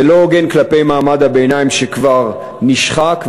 זה לא הוגן כלפי מעמד הביניים שכבר נשחק,